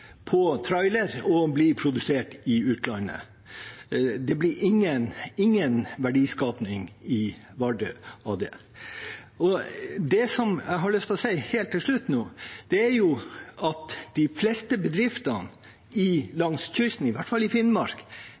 på trailer og blir produsert i utlandet. Det blir ingen verdiskaping i Vardø av det. Det jeg har lyst til å si helt til slutt nå, er at de fleste bedrifter langs kysten, i hvert fall i Finnmark,